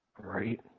Right